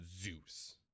Zeus